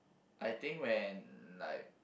I think when like